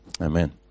Amen